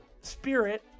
spirit